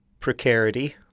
precarity